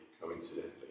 coincidentally